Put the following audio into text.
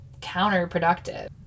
counterproductive